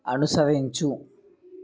అనుసరించు